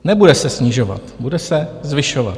Nebude se snižovat, bude se zvyšovat.